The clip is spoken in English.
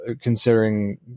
considering